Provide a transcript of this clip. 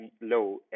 low